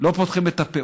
לא פותחים את הפה.